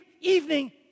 evening